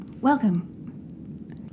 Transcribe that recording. Welcome